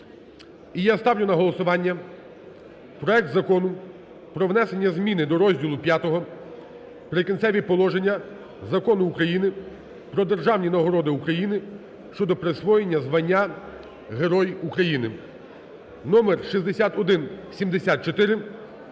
І я ставлю на голосування проект Закону про внесення зміни до розділу V "Прикінцеві положення" Закону України "Про державні нагороди України" щодо присвоєння звання Герой України (номер 6174)